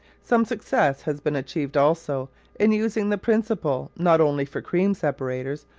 some success has been achieved also in using the principle not only for cream separators,